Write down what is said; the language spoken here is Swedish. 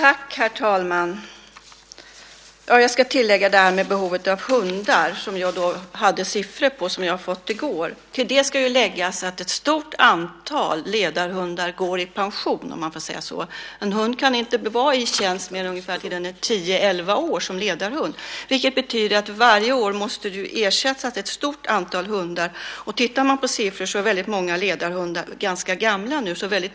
Herr talman! Jag ska tillägga en sak om behovet av hundar. Jag hade siffror på det som jag fick i går. Till detta ska läggas att ett stort antal ledarhundar går i pension, om man får säga så. En hund kan inte vara i tjänst som ledarhund mer än ungefär till dess att den är tio elva år. Det betyder att ett stort antal hundar måste ersättas varje år. Om man tittar på siffror ser man att många ledarhundar är ganska gamla nu.